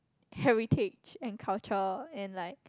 heritage and culture and like